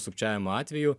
sukčiavimo atvejų